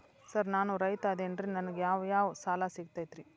Sir ನಾನು ರೈತ ಅದೆನ್ರಿ ನನಗ ಯಾವ್ ಯಾವ್ ಸಾಲಾ ಸಿಗ್ತೈತ್ರಿ?